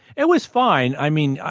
it was fine. i mean,